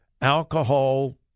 alcohol